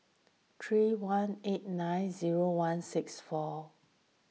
three one eight nine zero one six four